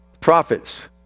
prophets